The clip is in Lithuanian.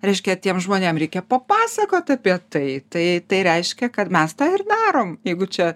reiškia tiem žmonėm reikia papasakot apie tai tai tai reiškia kad mes tą ir darom jeigu čia